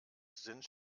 sind